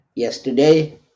Yesterday